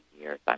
years